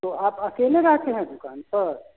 तो आप अकेले रहते हैं दूकान पर